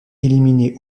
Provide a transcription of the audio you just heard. éliminé